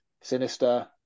Sinister